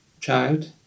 child